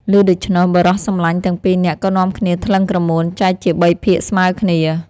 ឮដូច្នោះ បុរសសំឡាញ់ទាំងពីរនាក់ក៏នាំគ្នាថ្លឹងក្រមួនចែកជាបីភាគស្មើគ្នា។